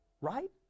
Right